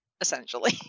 essentially